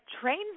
trains